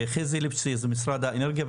חזי ליפשיץ משרד האנרגיה.